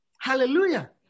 Hallelujah